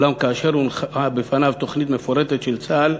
אולם כאשר הונחה בפניו תוכנית מפורטת של צה"ל